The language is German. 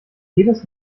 jedes